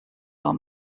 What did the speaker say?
are